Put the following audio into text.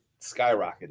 skyrocketed